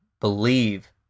believe